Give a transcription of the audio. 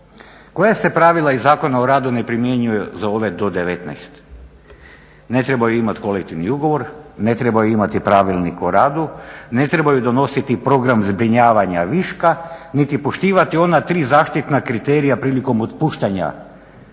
Koja se pravila iz Zakona o radu ne primjenjuju za ove do 19? Ne trebaju imati kolektivni ugovor, ne trebaju imati pravilnik o radu, ne trebaju donositi program zbrinjavanja viška niti poštivati ona tri zaštitna kriterija prilikom otpuštanja,